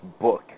book